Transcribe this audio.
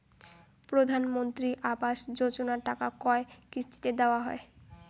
প্রধানমন্ত্রী আবাস যোজনার টাকা কয় কিস্তিতে দেওয়া হয়?